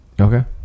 Okay